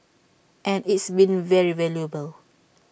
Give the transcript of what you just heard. and it's been very valuable